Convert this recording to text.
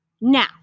Now